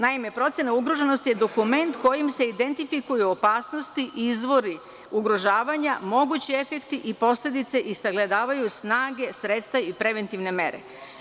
Naime, procena ugroženosti je dokument kojim se identifikuju opasnosti, izvori ugrožavanja, mogući efekti i posledice i sagledavaju snage sredstva i preventivne mere.